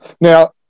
Now